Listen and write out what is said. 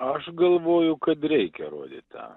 aš galvoju kad reikia rodyt tą